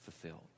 fulfilled